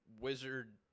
wizard